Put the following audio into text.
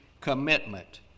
commitment